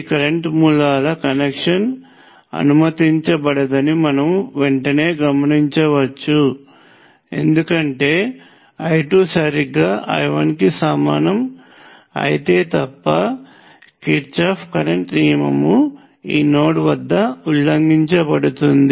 ఈ కరెంట్ మూలాల కనెక్షన్ అనుమతించబడదని మనము వెంటనే గమనించవచ్చు ఎందుకంటే I2 సరిగ్గా I1 కి సమానం అయితే తప్ప కిర్చాఫ్ కరెంట్ నియమం ఈ నోడ్ వద్ద ఉల్లంఘించబడుతుంది